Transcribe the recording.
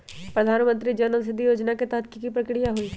प्रधानमंत्री जन औषधि योजना के तहत की की प्रक्रिया होई?